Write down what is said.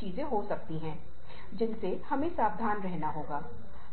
कुछ संकेत हैं कि हम लंबे समय तक काम कर रहे हैं